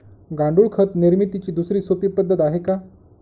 गांडूळ खत निर्मितीची दुसरी सोपी पद्धत आहे का?